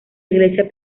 iglesia